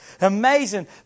Amazing